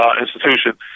institution